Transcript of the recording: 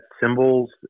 symbols